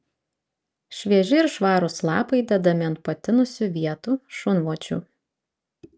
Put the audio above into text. švieži ir švarūs lapai dedami ant patinusių vietų šunvočių